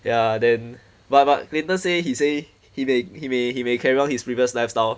ya then !wah! but clinton say he say he may he may he may carry on his previous lifestyle